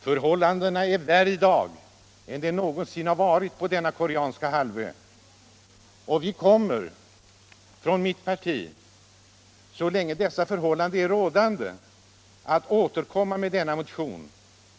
Förhållandena där i dag är värre än de någonsin varit. Så länge dessa förhållanden är rådande skall vi från vpk återkomma med denna motion.